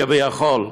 כביכול,